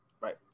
Right